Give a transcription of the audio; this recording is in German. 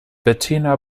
bettina